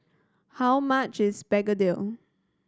how much is begedil